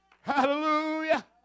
Hallelujah